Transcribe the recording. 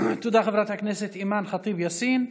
חברת הכנסת אימאן ח'טיב יאסין.